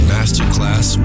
Masterclass